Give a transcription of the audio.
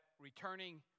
returning